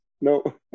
No